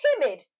timid